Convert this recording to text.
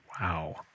Wow